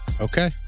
okay